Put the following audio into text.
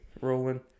rolling